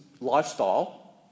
lifestyle